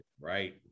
right